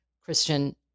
Christian